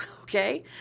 Okay